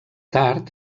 tard